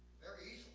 very